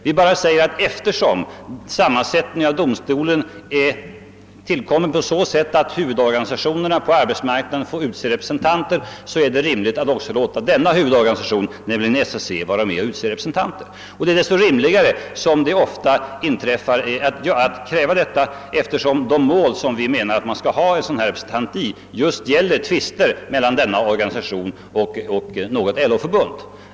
Vi bara säger att eftersom domstolen är så sammansatt, att huvudorganisationerna på arbetsmarknaden får utse representanter, är det rimligt att låta SAC, som också är en huvudorganisation, utse en repre sentant. Kravet gäller de mål vilka gäller tvister mellan SAC och något LO förbund.